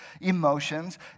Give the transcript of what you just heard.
emotions